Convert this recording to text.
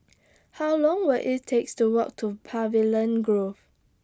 How Long Will IT takes to Walk to Pavilion Grove